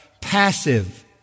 passive